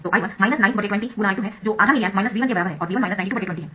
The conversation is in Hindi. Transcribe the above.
तो I1 920×I2 है जो आधा मिली एम्प V1 के बराबर है और V1 9220 है